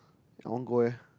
I want go leh